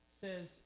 says